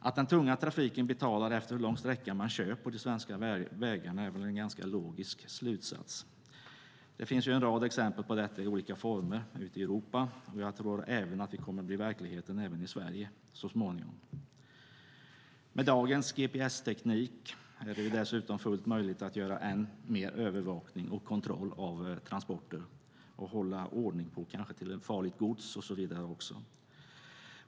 Att den tunga trafiken betalar efter hur lång sträcka man kör på de svenska vägarna är väl en ganska logisk slutsats. Det finns en rad exempel på detta i olika former ute i Europa, och jag tror att det så småningom kommer att bli verklighet även i Sverige. Med dagens gps-teknik är det dessutom fullt möjligt att göra än mer övervakning och kontroll av transporter, hålla ordning på farligt gods och så vidare.